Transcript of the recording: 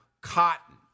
cotton